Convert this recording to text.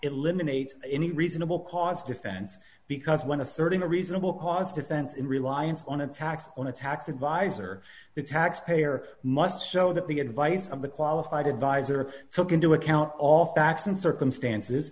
eliminates any reasonable cause defense because when asserting a reasonable cause defense in reliance on a tax on a tax advisor the taxpayer must show that the advice of the qualified advisor took into account all facts and circumstances